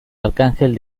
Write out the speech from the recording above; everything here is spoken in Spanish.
arcángel